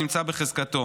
שנמצא בחזקתו,